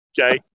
Okay